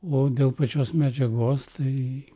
o dėl pačios medžiagos tai